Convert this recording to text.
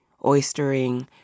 Oystering